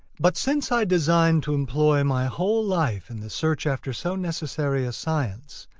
but since i designed to employ my whole life in the search after so necessary a science,